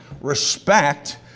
respect